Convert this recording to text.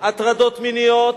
הטרדות מיניות,